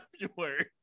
february